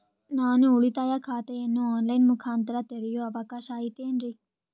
ನಾನು ಉಳಿತಾಯ ಖಾತೆಯನ್ನು ಆನ್ ಲೈನ್ ಮುಖಾಂತರ ತೆರಿಯೋ ಅವಕಾಶ ಐತೇನ್ರಿ?